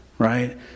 Right